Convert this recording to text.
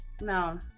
No